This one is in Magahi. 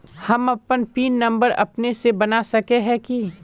हम अपन पिन नंबर अपने से बना सके है की?